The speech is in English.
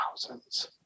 thousands